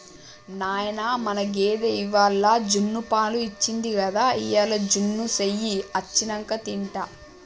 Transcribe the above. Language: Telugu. నాయనా మన గేదె ఇవ్వాల జున్నుపాలు ఇచ్చింది గదా ఇయ్యాల జున్ను సెయ్యి అచ్చినంక తింటా